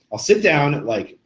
i'll set down at like,